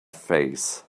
face